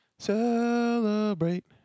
Celebrate